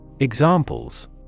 Examples